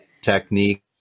technique